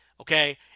okay